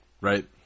right